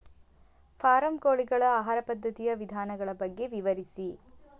form ಕೋಳಿಗಳ ಆಹಾರ ಪದ್ಧತಿಯ ವಿಧಾನಗಳ ಬಗ್ಗೆ ವಿವರಿಸಿ